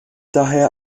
daher